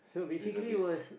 reservist